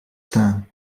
staan